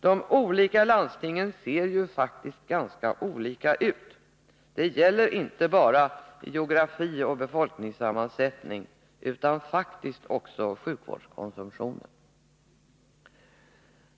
De olika landstingen ser ju faktiskt ganska olika ut. Det gäller inte bara t.ex. geografi och befolkningssammansättning, utan faktiskt också sjukvårdskonsumtionen.